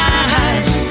eyes